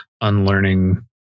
unlearning